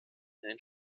den